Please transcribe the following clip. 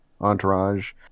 entourage